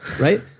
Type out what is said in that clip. Right